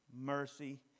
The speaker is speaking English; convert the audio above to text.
mercy